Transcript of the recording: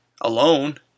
alone